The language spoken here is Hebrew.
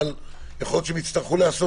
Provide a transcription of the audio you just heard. אבל יכול להיות שהם יצטרכו להיעשות